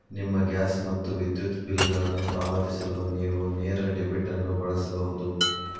ನಿಮ್ಮ ಗ್ಯಾಸ್ ಮತ್ತು ವಿದ್ಯುತ್ ಬಿಲ್ಗಳನ್ನು ಪಾವತಿಸಲು ನೇವು ನೇರ ಡೆಬಿಟ್ ಅನ್ನು ಬಳಸಬಹುದು